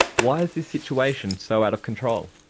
why is this situation so out of control?